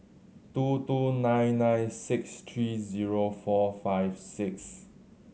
two two nine nine six three zero four five six